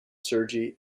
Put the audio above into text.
sergey